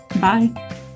Bye